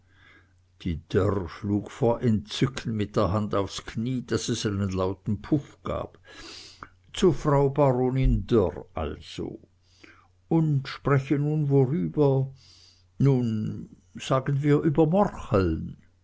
die dörr schlug vor entzücken mit der hand aufs knie daß es einen lauten puff gab zu frau baronin dörr also und spreche nun worüber nun sagen wir über